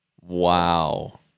Wow